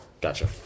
Gotcha